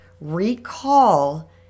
Recall